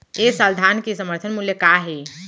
ए साल धान के समर्थन मूल्य का हे?